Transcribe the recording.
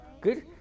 Good